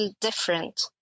different